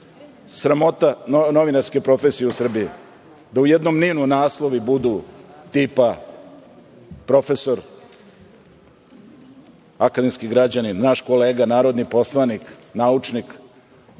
sramota novinarske profesije u Srbije, da u jednom NIN-u naslovi budu tipa, profesor, akademski građanin, naš kolega narodni poslanik, naučnik,